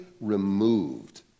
removed